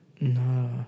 No